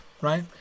right